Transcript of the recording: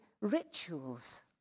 rituals